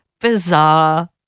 bizarre